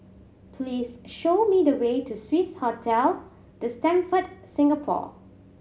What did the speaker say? please show me the way to Swissotel The Stamford Singapore